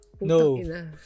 No